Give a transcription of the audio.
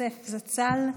יוסף זצ"ל,